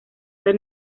del